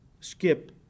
skip